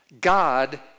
God